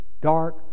dark